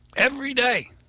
every day,